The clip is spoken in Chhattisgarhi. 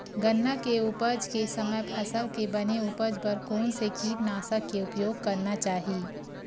गन्ना के उपज के समय फसल के बने उपज बर कोन से कीटनाशक के उपयोग करना चाहि?